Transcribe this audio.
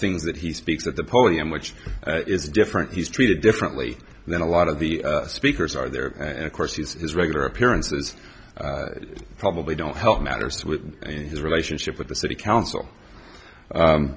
things that he speaks at the podium which is different he's treated differently than a lot of the speakers are there and of course he has regular appearances probably don't help matters with his relationship with the city council